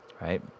right